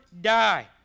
die